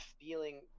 feeling